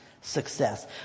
success